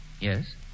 Yes